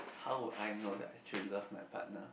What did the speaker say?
how would I know that I truly love my partner